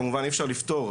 כמובן אי אפשר לפתור,